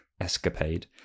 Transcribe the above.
escapade